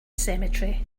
cemetery